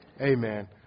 Amen